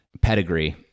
pedigree